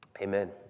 amen